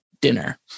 dinner